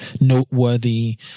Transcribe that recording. noteworthy